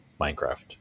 Minecraft